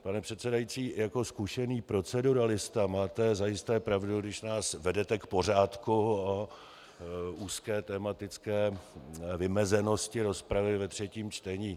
Pane předsedající, jako zkušený proceduralista máte zajisté pravdu, když nás vedete k pořádku o úzké tematické vymezenosti rozpravy ve třetím čtení.